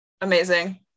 Amazing